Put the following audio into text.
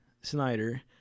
Snyder